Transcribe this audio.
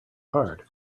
hard